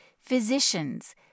physicians